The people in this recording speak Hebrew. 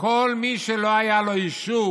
אבל כל מי שלא היה לו אישור